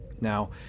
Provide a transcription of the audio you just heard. Now